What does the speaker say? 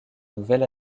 nouvel